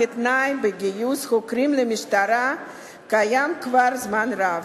כתנאי בגיוס חוקרים למשטרה קיים כבר זמן רב.